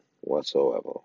whatsoever